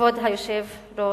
כבוד היושב-ראש,